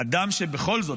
אדם שבכל זאת,